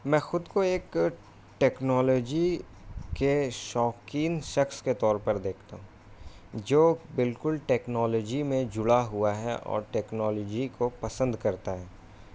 میں خود کو ایک ٹیکنالوجی کے شوقین شخص کے طور پر دیکھتا ہوں جو بالکل ٹیکنالوجی میں جڑا ہوا ہے اور ٹیکنالوجی کو پسند کرتا ہے